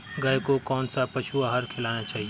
गाय को कौन सा पशु आहार खिलाना चाहिए?